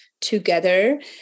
together